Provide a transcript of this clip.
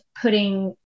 putting